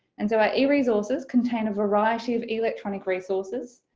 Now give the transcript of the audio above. and so our eresources contain a variety of electronic resources,